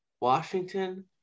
Washington